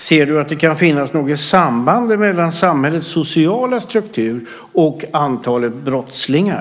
Ser du att det kan finnas något samband mellan samhällets sociala struktur och antalet brottslingar?